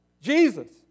Jesus